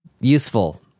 useful